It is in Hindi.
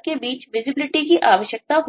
होती है